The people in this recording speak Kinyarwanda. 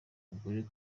mugore